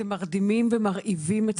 אתם מרדימים ומרעיבים את המערכת.